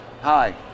Hi